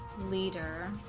leader